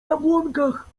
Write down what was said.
jabłonkach